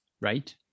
right